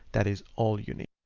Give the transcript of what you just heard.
that is all unique.